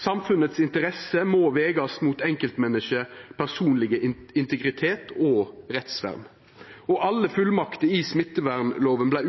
Samfunnets interesser må vegast mot enkeltmenneskets personlege integritet og rettsvern, og alle fullmakter i smittevernloven vart